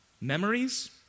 Memories